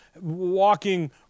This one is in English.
walking